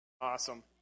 Awesome